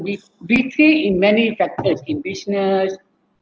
be~ betray in many factors in business